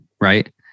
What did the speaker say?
Right